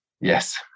Yes